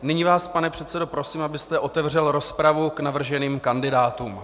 Nyní vás, pane předsedo, prosím, abyste otevřel rozpravu k navrženým kandidátům.